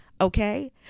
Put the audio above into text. Okay